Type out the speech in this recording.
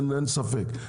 אין ספק.